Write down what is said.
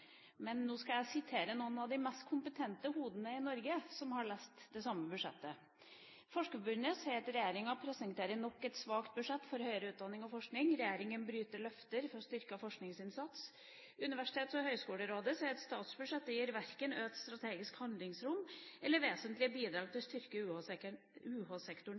Men nå skal jeg sitere noen av de mest kompetente hodene i Norge som har lest det samme budsjettet. Forskerforbundet sier at regjeringen presenterer nok et svakt budsjett for høyere utdanning og forskning: «Regjeringen bryter løftet om å styrke forskningsinnsatsen». Universitets- og høgskolerådet sier at statsbudsjettet gir verken «økt strategisk handlingsrom eller vesentlig bidrag til